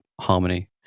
harmony